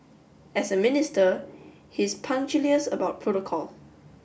as a minister he's punctilious about protocol